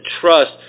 trust